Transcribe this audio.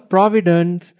Providence